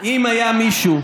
חברים, אפשר גם לבדוק,